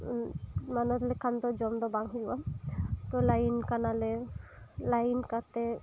ᱢᱟᱱᱚᱛ ᱞᱮᱠᱷᱟᱱ ᱫᱚ ᱡᱚᱢ ᱫᱚ ᱵᱟᱝ ᱦᱩᱭᱩᱜᱼᱟ ᱛᱚ ᱞᱟᱭᱤᱱ ᱠᱟᱱᱟᱞᱮ ᱞᱟᱭᱤᱱ ᱠᱟᱛᱮᱜ